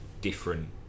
different